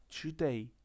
today